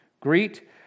Greet